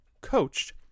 coached